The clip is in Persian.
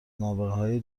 نابغههای